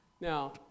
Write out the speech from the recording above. Now